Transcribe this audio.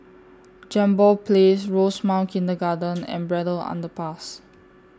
Jambol Place Rosemount Kindergarten and Braddell Underpass